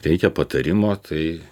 reikia patarimo tai